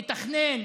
לתכנן,